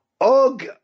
Og